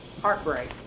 heartbreak